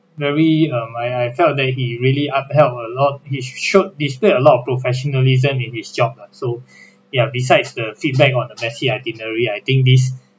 very um I I felt that he really upheld a lot he showed displayed a lot of professionalism in his job lah so ya besides the feedback on a messy itinerary I think this